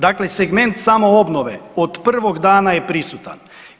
Dakle, segment samoobnove od prvog dana je prisutan.